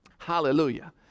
Hallelujah